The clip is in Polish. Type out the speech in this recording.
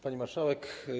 Pani Marszałek!